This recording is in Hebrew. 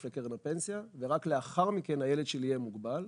לקרן הפנסיה ורק לאחר מכן הילד שלי יהיה מוגבל.